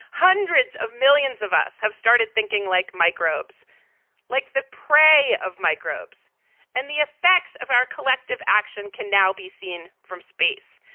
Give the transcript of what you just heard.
hundreds of millions of us have started thinking like microbes like the prey of microbes and the effects of our collective action can now be seen from space.